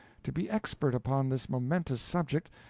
to be expert upon this momentous subject,